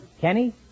Kenny